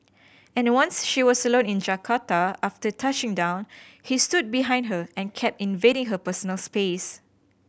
and once she was alone in Jakarta after touching down he stood behind her and kept invading her personal space